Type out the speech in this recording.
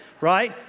right